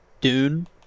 Dune